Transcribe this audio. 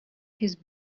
his